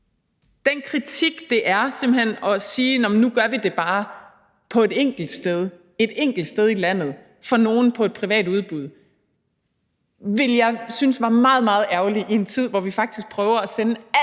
Den kritik, det er, simpelt hen at sige, at nu gør vi det bare på et enkelt sted i landet for nogle på et privat udbud, ville jeg synes var meget, meget ærgerlig i en tid, hvor vi faktisk prøver at sende alt